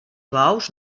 bous